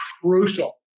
crucial